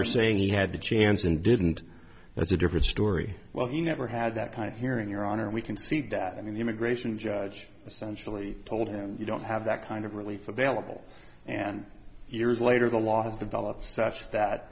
you're saying he had the chance and didn't that's a different story well he never had that kind of hearing your honor we concede that i mean the immigration judge essentially told him you don't have that kind of relief available and years later the law has developed such that